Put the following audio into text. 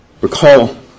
Recall